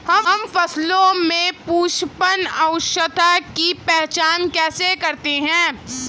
हम फसलों में पुष्पन अवस्था की पहचान कैसे करते हैं?